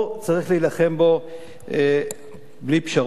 צריך להילחם בו בלי פשרות,